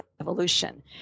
evolution